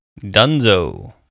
Dunzo